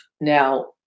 Now